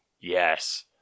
yes